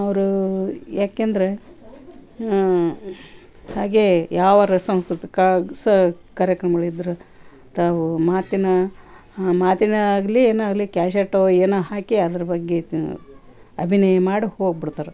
ಅವರು ಏಕೆಂದ್ರೆ ಹಾಗೇ ಯಾವ್ದಾರು ಸಾಂಸ್ಕೃತಿಕ ಸ ಕಾರ್ಯಕ್ರಮಗಳು ಇದ್ದರೂ ತಾವು ಮಾತಿನ ಮಾತಿನ ಆಗಲಿ ಏನೇ ಆಗಲಿ ಕ್ಯಾಶೆಟ್ಟು ಏನೋ ಹಾಕಿ ಅದ್ರ ಬಗ್ಗೆ ಅಭಿನಯ ಮಾಡಿ ಹೋಗ್ಬಿಡ್ತಾರೆ